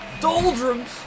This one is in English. Doldrums